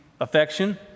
affection